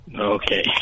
Okay